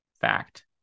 Fact